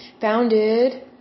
founded